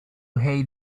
hate